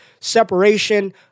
Separation